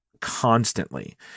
constantly